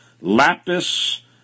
lapis